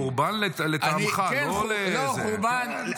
חורבן לטעמך, לא --- חורבן.